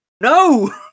no